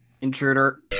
intruder